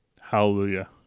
Hallelujah